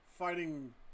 fighting